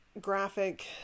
graphic